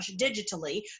digitally